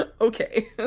Okay